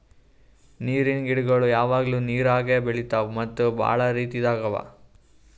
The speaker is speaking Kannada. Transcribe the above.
ನೀರಿನ್ ಗಿಡಗೊಳ್ ಯಾವಾಗ್ಲೂ ನೀರಾಗೆ ಬೆಳಿತಾವ್ ಮತ್ತ್ ಭಾಳ ರೀತಿದಾಗ್ ಅವಾ